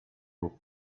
lub